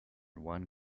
one